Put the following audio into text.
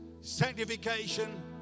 sanctification